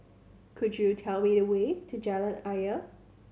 could you tell me the way to Jalan Ayer